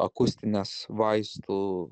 akustines vaistų